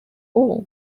all